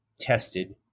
tested